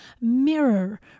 mirror